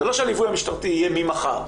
זה לא שהליווי המשטרתי יהיה ממחר.